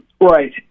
Right